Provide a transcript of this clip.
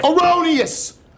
Erroneous